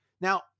Now